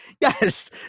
Yes